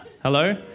Hello